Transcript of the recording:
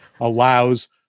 allows